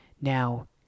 Now